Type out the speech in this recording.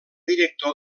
director